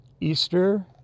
Easter